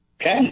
Okay